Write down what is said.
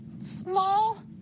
small